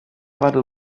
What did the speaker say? vado